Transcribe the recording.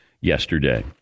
yesterday